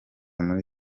muri